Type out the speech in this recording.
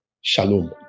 Shalom